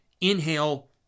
inhale